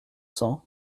sang